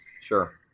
Sure